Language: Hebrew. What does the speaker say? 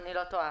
אני לא טועה.